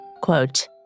Quote